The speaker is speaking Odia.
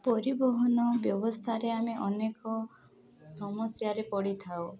ପରିବହନ ବ୍ୟବସ୍ଥାରେ ଆମେ ଅନେକ ସମସ୍ୟାରେ ପଡ଼ିଥାଉ